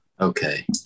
okay